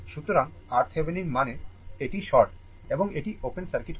সুতরাং RThevenin মানে এটি শর্ট এবং এটি ওপেন সার্কিট হবে